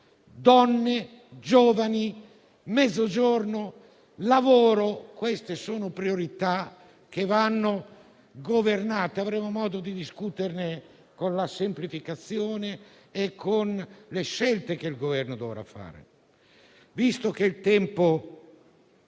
donne, giovani, Mezzogiorno, lavoro. Queste sono priorità che vanno governate; avremo modo di discuterne con la semplificazione e con le scelte che il Governo dovrà fare. Visto che il tempo